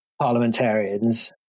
parliamentarians